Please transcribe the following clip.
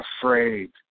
afraid